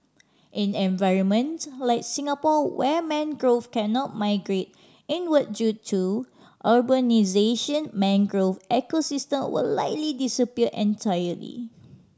in environments like Singapore where mangrove cannot migrate inward due to urbanisation mangrove ecosystem will likely disappear entirely